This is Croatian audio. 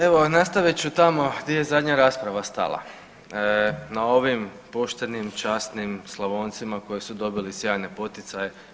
Evo nastavit ću tamo gdje je zadnja rasprava stala, na ovim poštenim, časnim Slavoncima koji su dobili sjajne poticaje.